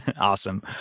Awesome